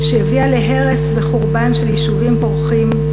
שהביאה להרס וחורבן של יישובים פורחים,